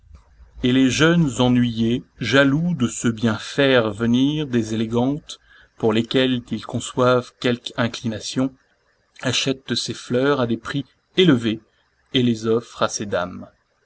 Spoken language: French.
et les jeunes ennuyés jaloux de se bien faire venir des élégantes pour lesquelles ils conçoivent quelque inclination achètent ces fleurs à des prix élevés et les offrent à ces dames